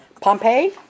Pompeii